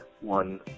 one